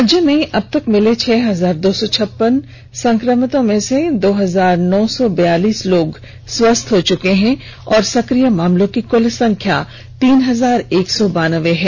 राज्य में मिले अब तक छह हजार दो सौ छप्पन कुल संक्रमितों में से दो हजार नौ सौ बैयालीस लोग स्वस्थ हो चुके हैं और सक्रिय मामलों की कुल संख्या तीन हजार एक सौ बानबे है